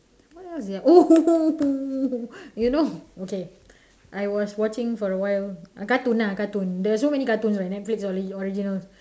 what else is there oh you know okay I was watching for a while a cartoon ah cartoon there's so many cartoons what netflix on the originals